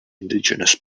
indigenous